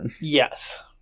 Yes